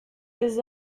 les